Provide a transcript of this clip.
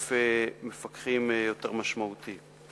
היקף מפקחים יותר משמעותי.